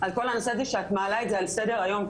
הנושא הזה שאת מעלה את זה על סדר היום,